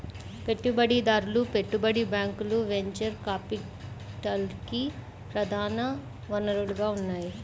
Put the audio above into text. పెట్టుబడిదారులు, పెట్టుబడి బ్యాంకులు వెంచర్ క్యాపిటల్కి ప్రధాన వనరుగా ఉన్నాయి